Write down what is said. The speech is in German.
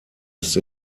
ist